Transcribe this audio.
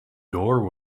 door